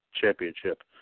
championship